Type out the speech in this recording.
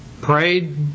Prayed